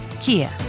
Kia